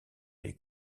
les